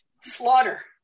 Slaughter